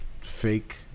fake